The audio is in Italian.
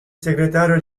segretario